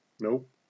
Nope